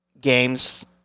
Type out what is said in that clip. games